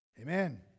Amen